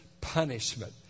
punishment